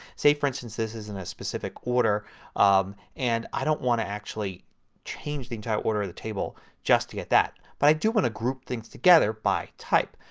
say for instance this is in a specific order um and i don't want to actually change the entire order of the table just to get that. but i do want to group things together by type.